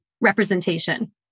representation